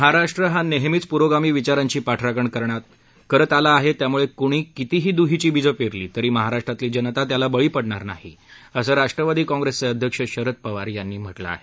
महाराष्ट्र हा नेहमीच पुरोगामी विचारांची पाठराखण करत आला आहे त्यामुळे कुणी कितीही द्हिची बीजं पेरली तरी महाराष्ट्रातली जनता त्याला बळी पडणार नाही असं राष्ट्रवादी काँग्रेसचे अध्यक्ष शरद पवार यांनी म्हटलं आहे